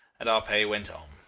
and our pay went on.